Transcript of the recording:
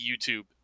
YouTube